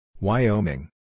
Wyoming